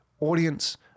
audience